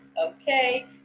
okay